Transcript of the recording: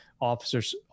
officers